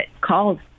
calls